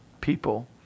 people